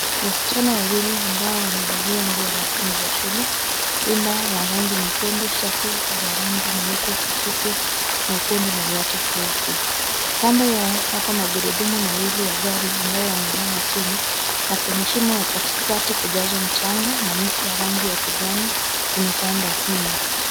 Wasichana wawili ambao wamevalia nguo rasmi za shule, rinda ya rangi nyekundu, shati za rangi nyeupe, soksi nyekundu na viatu vyeusi. Kando yao yapo magurudumu mawili ya gari ambayo yamelala chini na kwenye shimo ya katikati kujazwa mchanga na miche ya rangi ya kijani imepandwa humo.